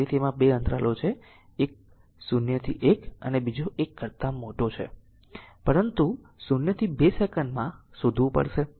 તેથી તેમાં 2 અંતરાલો છે એક 0 થી 1 અને બીજો 1 કરતા મોટો છે પરંતુ 0 થી 2 સેકન્ડમાં શોધવું પડશે